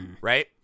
right